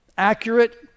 accurate